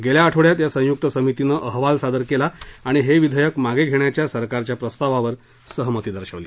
गेल्या आठवड्यात या संयुक्त समितीनं अहवाल सादर केला आणि हे विधेयक मागे घेण्याच्या सरकारच्या प्रस्तावावर सहमती दर्शवली